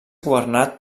governat